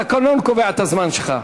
התקנון קובע את הזמן שלך.